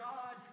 God